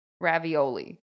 ravioli